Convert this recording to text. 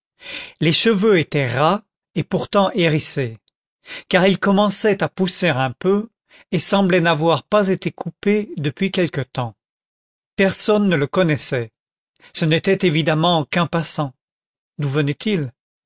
les cheveux étaient ras et pourtant hérissés car ils commençaient à pousser un peu et semblaient n'avoir pas été coupés depuis quelque temps personne ne le connaissait ce n'était évidemment qu'un passant d'où venait-il